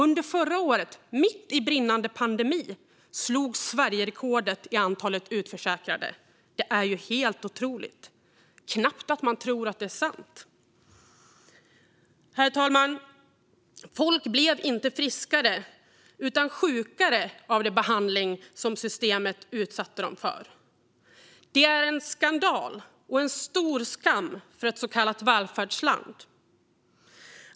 Under förra året, mitt under brinnande pandemi, slogs Sverigerekord i antalet utförsäkrade. Det är helt otroligt - det är knappt att man tror att det är sant! Herr talman! Folk blev inte friskare utan sjukare av den behandling som systemet utsatte dem för. Det är en skandal och en stor skam för ett så kallat välfärdsland.